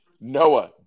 noah